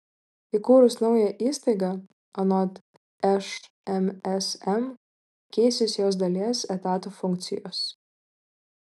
įkūrus naują įstaigą anot šmsm keisis jos dalies etatų funkcijos